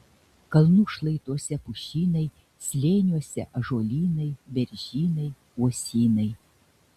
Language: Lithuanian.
kalnų šlaituose pušynai slėniuose ąžuolynai beržynai uosynai